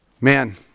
Man